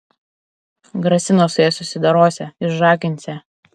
grasino su ja susidorosią išžaginsią